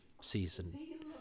season